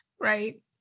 Right